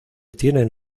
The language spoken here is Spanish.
tienen